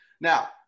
Now